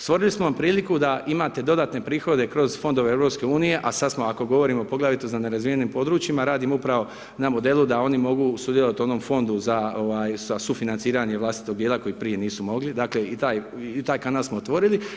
Stvorili smo priliku da imate dodatne prihode kroz fondove EU, a sada smo, ako govorimo poglavito za nerazvijenim područjima, radim upravo na modelu da oni mogu sudjelovati u onom fondu za sufinanciranje vlastitog dijela koji prije nisu mogli i taj kanal smo otvorili.